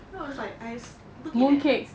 no is like ice looking like